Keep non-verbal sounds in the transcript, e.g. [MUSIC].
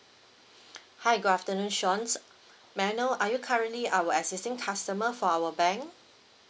[BREATH] hi good afternoon sean's uh [BREATH] may I know are you currently our existing customer for our bank